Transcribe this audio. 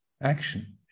Action